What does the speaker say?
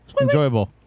enjoyable